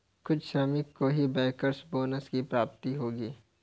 कुछ श्रमिकों को ही बैंकर्स बोनस की प्राप्ति होगी